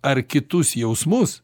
ar kitus jausmus